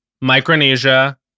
Micronesia